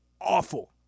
Awful